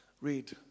Read